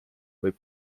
võib